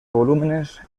volúmenes